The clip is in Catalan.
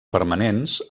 permanents